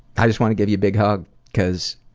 i just want to give you a big hug cause